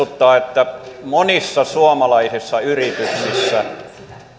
muistuttaa että monissa suomalaisissa yrityksissä